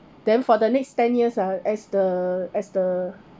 then for the next ten years ah as the as the